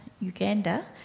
Uganda